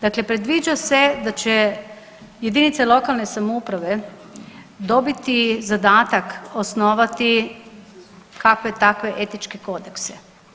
Dakle predviđa se da će jedinice lokalne samouprave dobiti zadatak osnovati kakve takve etičke kodekse.